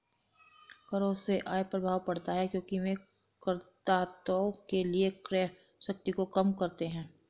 करों से आय प्रभाव पड़ता है क्योंकि वे करदाताओं के लिए क्रय शक्ति को कम करते हैं